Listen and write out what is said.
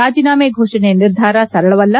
ರಾಜೀನಾಮೆ ಘೋಷಣೆ ನಿರ್ಧಾರ ಸರಳವಲ್ಲ